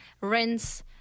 rinse